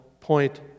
point